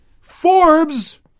Forbes